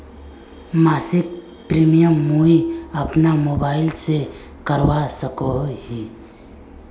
मासिक प्रीमियम मुई अपना मोबाईल से करवा सकोहो ही?